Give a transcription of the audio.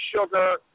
sugar